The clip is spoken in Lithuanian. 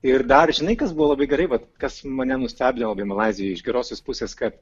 ir dar žinai kas buvo labai gerai vat kas mane nustebino labai malaizijoj iš gerosios pusės kad